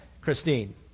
Christine